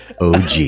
OG